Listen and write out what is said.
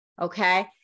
Okay